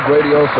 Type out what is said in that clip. Radio